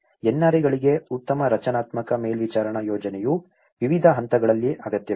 NRA ಗಳಿಗೆ ಉತ್ತಮ ರಚನಾತ್ಮಕ ಮೇಲ್ವಿಚಾರಣಾ ಯೋಜನೆಯು ವಿವಿಧ ಹಂತಗಳಲ್ಲಿ ಅಗತ್ಯವಿದೆ